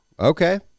Okay